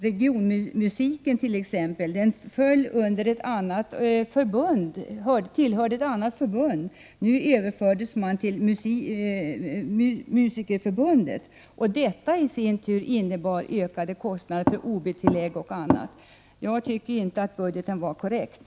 Regionmusiken t.ex. överfördes till Musikerförbundet från att tidigare ha tillhört ett annat förbund. Detta i sin tur medförde ökade kostnader för ob-tillägg och annat. Jag tycker inte att budgeten var korrekt.